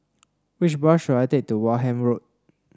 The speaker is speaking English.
which bus should I take to Wareham Road